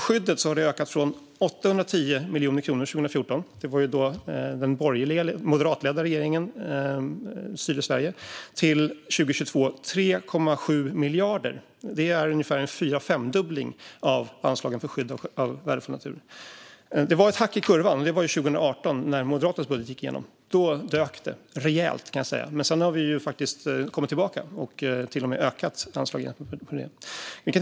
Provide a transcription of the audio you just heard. Skyddet har ökat från 810 miljoner kronor 2014, då den borgerliga moderatledda regeringen styrde Sverige, till 3,7 miljarder 2022. Det är ungefär en fyra-femdubbling av anslagen för skydd av värdefull natur. Det var ett hack i kurvan 2018, när Moderaternas budget gick igenom. Då dök det rejält, kan jag säga. Men sedan har vi kommit tillbaka och till och med ökat anslagen jämfört med hur det var tidigare.